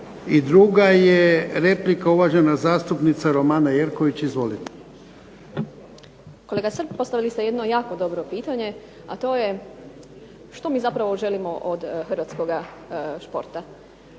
I druga je replika, uvažena zastupnica Romana Jerković. Izvolite. **Jerković, Romana (SDP)** Kolega Srb postavili ste jedno jako dobro pitanje, a to je što mi zapravo želimo od hrvatskoga športa.